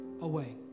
away